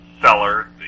seller